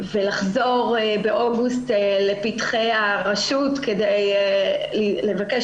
ולחזור לאוגוסט לפתחי הרשות כדי לבקש